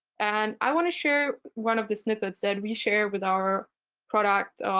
and i want to share one of the snippets that we share with our product,